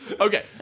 Okay